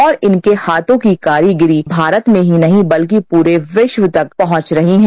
और इनके हाथों की कारी गिरी भारत में नहीं बल्कि पूरे विश्व तक पहुंच रही है